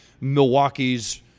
Milwaukee's